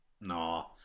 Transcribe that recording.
no